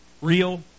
Real